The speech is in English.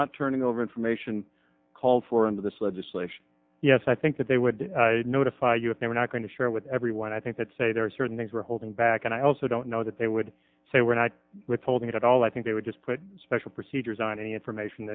not turning over information call for under this legislation yes i think that they would notify you if they were not going to share with everyone i think that say there are certain things we're holding back and i also don't know that they would say we're not withholding it at all i think they would just put special procedures on any information